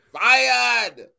Fired